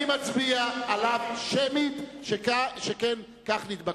אני מצביע עליו שמית, שכן כך נתבקשנו.